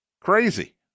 Crazy